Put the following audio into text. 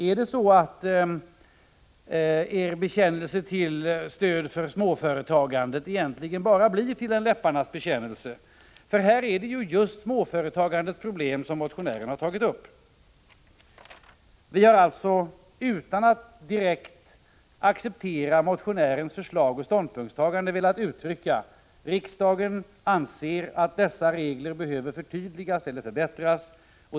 Är det så att er bekännelse till stöd för småföretagandet egentligen bara är en läpparnas bekännelse? Här är det just småföretagandets problem som motionären har tagit upp. Vi har alltså, utan att direkt acceptera motionärens förslag och ståndpunktstaganden, velat uttrycka att riksdagen anser att dessa regler behöver förtydligas eller förbättras.